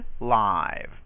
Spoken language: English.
live